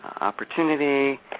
opportunity